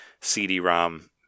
CD-ROM